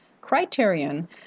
criterion